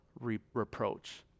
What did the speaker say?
reproach